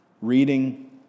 Reading